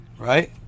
right